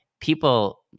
people